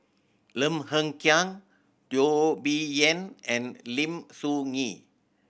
Lim Hng Kiang Teo Bee Yen and Lim Soo Ngee